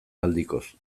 aldikoz